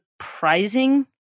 surprising